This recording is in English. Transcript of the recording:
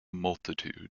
multitude